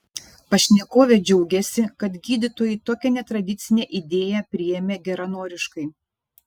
pašnekovė džiaugiasi kad gydytojai tokią netradicinę idėją priėmė geranoriškai